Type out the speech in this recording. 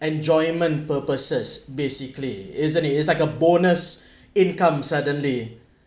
enjoyment purposes basically isn't it it's like a bonus income suddenly